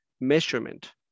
measurement